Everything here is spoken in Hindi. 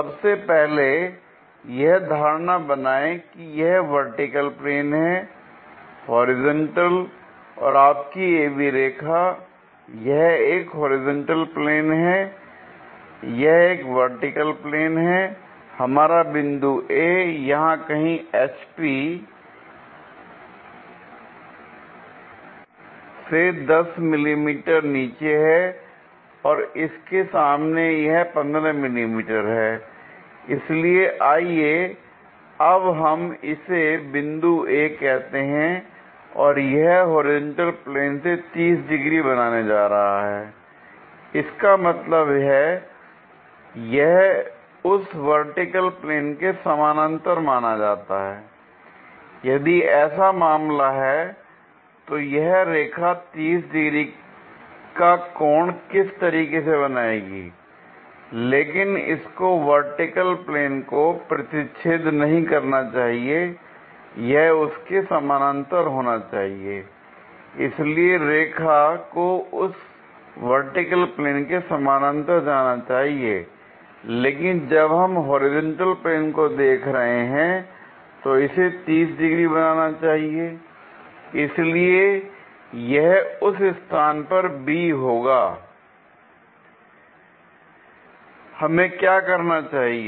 सबसे पहले यह धारणा बनाए की यह वर्टिकल प्लेन हैं हॉरिजॉन्टल और आपकी AB रेखा यह एक होरिजेंटल प्लेन है यह एक वर्टिकल प्लेन है हमारा बिंदु A यहां कहीं HP अभी से 10 मिमी नीचे है और इसके सामने यह 15 मिमी हैl इसलिए आइए अब हम इसे बिंदु A कहते हैं और यह होरिजेंटल प्लेन से 30 डिग्री बनाने जा रहा है इसका मतलब है यह उस वर्टिकल प्लेन के समानांतर माना जाता है l यदि ऐसा मामला है तो यह रेखा 30 डिग्री का कोण किस तरीके से बनाएगी लेकिन इसको वर्टिकल प्लेन को प्रतिच्छेद नहीं करना चाहिए यह उसके समानांतर होना चाहिए इसलिए रेखा को उस वर्टिकल प्लेन के समानांतर जाना चाहिए लेकिन जब हम होरिजेंटल प्लेन को देख रहे हैं तो इसे 30 डिग्री बनाना चाहिए l इसलिए यह उस स्थान पर B होगा l हमें क्या करना चाहिए